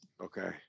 Okay